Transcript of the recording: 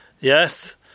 yes